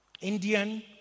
Indian